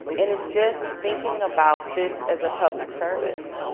and it's just thinking about this as a public service.